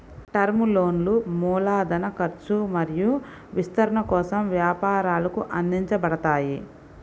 term లోన్లు మూలధన ఖర్చు మరియు విస్తరణ కోసం వ్యాపారాలకు అందించబడతాయి